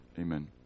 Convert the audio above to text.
Amen